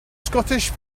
scottish